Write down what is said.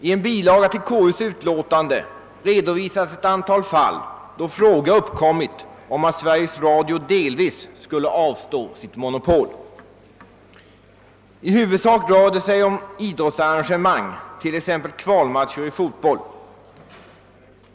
I en bilaga till konstitutionsutskottets utlåtande redovisas ett antal fall då fråga uppkommit om att Sveriges Radio delvis skulle avstå sitt monopol. I huvudsak rör det sig om idrottsarrangemang, t.ex. kvalmatcher i fotboll.